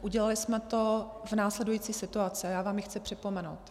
Udělali jsme to za následující situace, já vám ji chci připomenout.